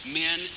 men